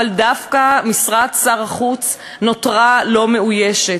אבל דווקא משרת שר החוץ נותרה לא מאוישת.